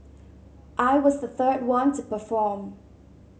I was the third one to perform